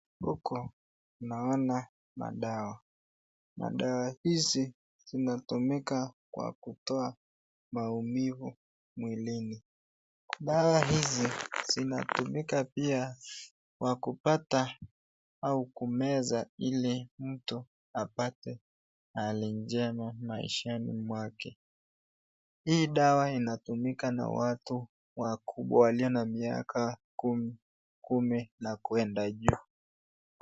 Huko naona madawa. Madawa hizi zimatumika kwa kutoa maumivu mwilini. Dawa hizi pia zimatumika kupaka au kumeza hili mtu paste Hali njema maishani mwake . Hii dawa inatumika na watu wakubwa walio na miaka kumi na kuenda juu .